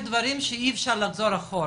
יש דברים שאי אפשר לחזור אחורה,